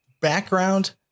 background